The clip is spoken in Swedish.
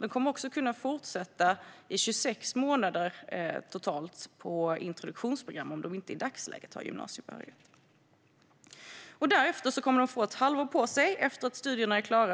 De kommer också att kunna fortsätta i totalt 26 månader på introduktionsprogram om de i dagsläget inte har gymnasiebehörighet. Efter att studierna är klara kommer de att få ett halvår på sig